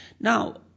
Now